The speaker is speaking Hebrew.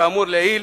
כאמור לעיל,